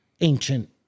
ancient